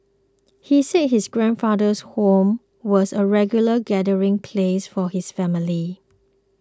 he said his grandfather's home was a regular gathering place for his family